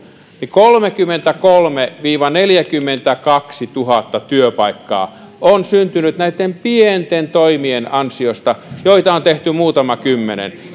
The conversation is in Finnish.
niin kolmekymmentäkolmetuhatta viiva neljäkymmentäkaksituhatta työpaikkaa on syntynyt näitten pienten toimien ansiosta joita on tehty muutama kymmenen